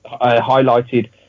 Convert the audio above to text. highlighted